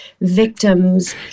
victims